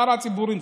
שאר הציבורים,